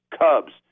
Cubs